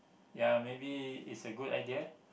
ya maybe is a good idea